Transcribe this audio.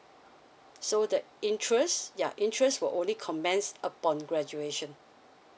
so the interest yeah interest will only commence upon graduation